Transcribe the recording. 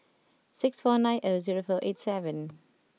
six four nine zero zero four eight seven